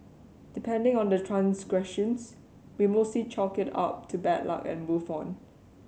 depending on the transgressions we mostly chalk it up to bad luck and move on